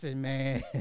man